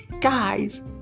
guys